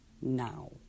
now